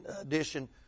edition